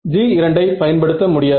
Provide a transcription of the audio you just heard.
G2 வை பயன்படுத்த முடியாது